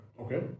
Okay